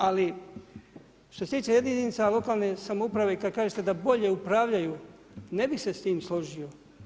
Ali što se tiče jedinica lokalne samouprave i kada kažete da bolje upravljaju, ne bih se s tim složio.